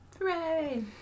Hooray